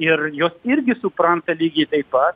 ir jos irgi supranta lygiai taip pat